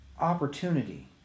opportunity